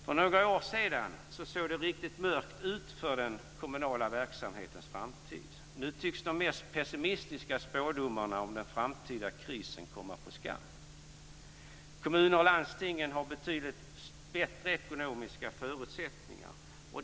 För några år sedan såg den kommunala verksamhetens framtid mörk ut. Nu tycks de mest pessimistiska spådomarna om den framtida krisen komma på skam. Kommunerna och landstingen har betydligt bättre ekonomiska förutsättningar.